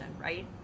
right